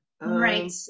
Right